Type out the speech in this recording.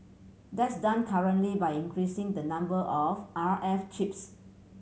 that's done currently by increasing the number of R F chips